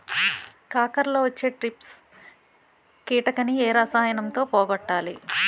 కాకరలో వచ్చే ట్రిప్స్ కిటకని ఏ రసాయనంతో పోగొట్టాలి?